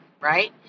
right